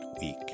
week